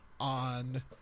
on